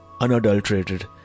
unadulterated